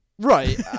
Right